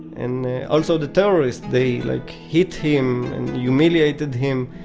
and also the terrorist they like hit him and humiliated him.